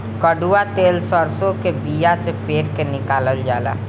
कड़ुआ तेल सरसों के बिया से पेर के निकालल जाला